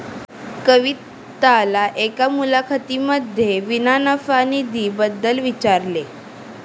कविताला एका मुलाखतीमध्ये विना नफा निधी बद्दल विचारले